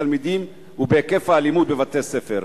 התלמידים ובהיקף האלימות בבתי-הספר.